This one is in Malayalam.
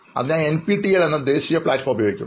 അതിനായി എൻപിടിഎൽ എന്ന ദേശീയ പ്ലാറ്റ്ഫോം ഉപയോഗിക്കും